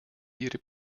ihre